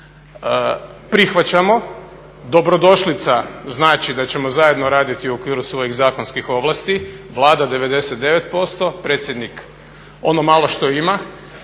prihvaćamo, dobrodošlica znači da ćemo zajedno raditi u okviru svojih zakonskih ovlasti, Vlada 99%, predsjednik ono malo što ima